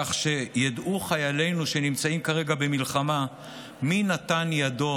כך שידעו חיילינו שנמצאים כרגע במלחמה מי נתן ידו